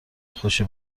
خوشی